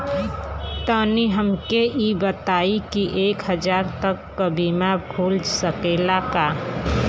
तनि हमके इ बताईं की एक हजार तक क बीमा खुल सकेला का?